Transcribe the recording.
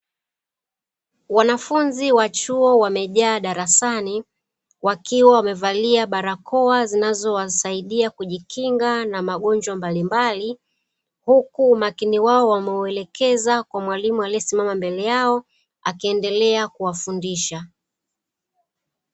Wanafunzi wa chuo wameejaa darasani wakiwa wamevalia barakoa zinazowasaidia kujikinga na magonjwa mbalimbali, huku umakini wao wameuelekeza kwa mwalimu aliyesimama mbele yao akiendelea kuwafundisha.